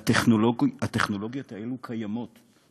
והטכנולוגיות האלו קיימות.